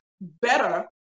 better